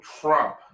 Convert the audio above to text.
trump